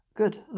Good